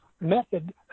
method